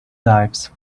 dives